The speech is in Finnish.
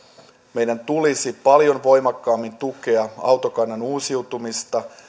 meidän tulisi paljon voimakkaammin tukea autokannan uusiutumista